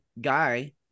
guy